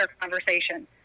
conversation